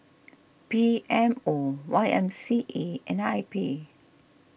P M O Y M C A and I P